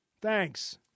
Thanks